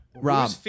Rob